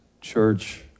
church